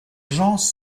gens